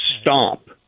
stop